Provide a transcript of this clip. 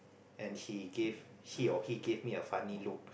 and he gave she or he gave me a funny look